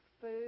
food